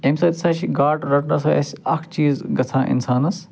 اَمہِ سۭتۍ ہسا چھِ گاڈٕ رٹنس اَسہِ اَکھ چیٖز گژھان اِنسانس